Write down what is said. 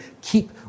keep